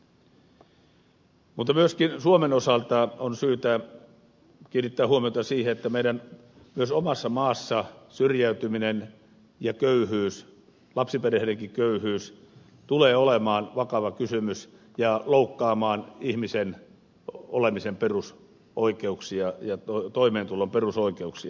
mutta myöskin suomen osalta on syytä kiinnittää huomiota siihen että myös meidän omassa maassamme syrjäytyminen ja köyhyys lapsiperheidenkin köyhyys tulee olemaan vakava kysymys ja loukkaamaan ihmisenä olemisen perusoikeuksia ja toimeentulon perusoikeuksia